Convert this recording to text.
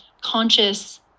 conscious